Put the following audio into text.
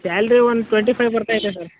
salary ಒಂದು twenty five ಬರ್ತಾ ಇದೆ ಸರ್